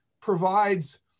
provides